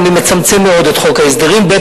אני מצמצם מאוד את חוק ההסדרים, ב.